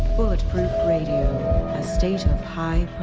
bulletproof radio, a state of high